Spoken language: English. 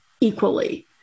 equally